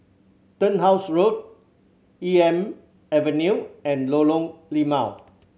Turnhouse Road Elm Avenue and Lorong Limau